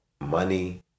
money